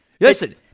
Listen